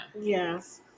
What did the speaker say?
Yes